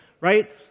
right